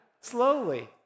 slowly